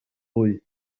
pwyth